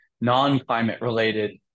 non-climate-related